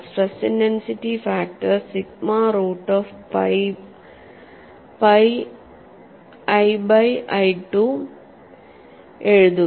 stress intensity factor sigma root of pi l by I 2 എഴുതുക